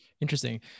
Interesting